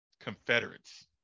confederates